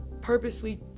purposely